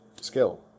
skill